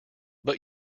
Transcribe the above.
but